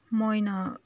ꯃꯣꯏꯅ